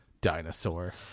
Dinosaur